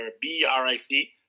B-R-I-C